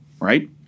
right